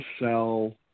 sell